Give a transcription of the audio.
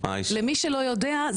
למי שלא יודע,